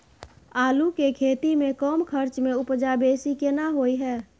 आलू के खेती में कम खर्च में उपजा बेसी केना होय है?